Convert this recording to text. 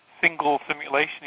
single-simulation